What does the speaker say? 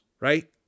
right